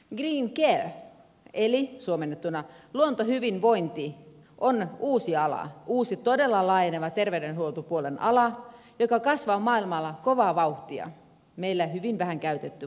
green care eli suomennettuna luontohyvinvointi on uusi ala uusi todella laajeneva terveydenhuoltopuolen ala joka kasvaa maailmalla kovaa vauhtia meillä hyvin vähän käytetty vaihtoehto